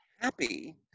happy